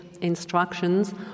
instructions